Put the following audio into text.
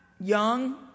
young